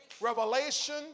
revelation